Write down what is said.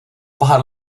pár